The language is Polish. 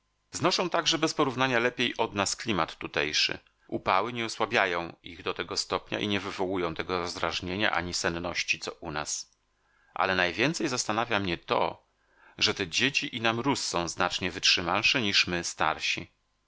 znoszą także bez porównania lepiej od nas klimat tutejszy upały nie osłabiają ich do tego stopnia i nie wywołują tego rozdrażnienia ani senności co u nas ale najwięcej zastanawia mnie to że te dzieci i na mróz są znacznie wytrzymalsze niż my starsi